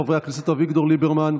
חברי הכנסת אביגדור ליברמן,